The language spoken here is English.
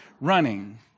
running